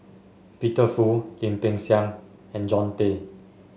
Peter Fu Lim Peng Siang and Jean Tay